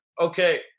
okay